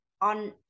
on